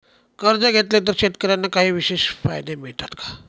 कर्ज घेतले तर शेतकऱ्यांना काही विशेष फायदे मिळतात का?